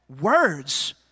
Words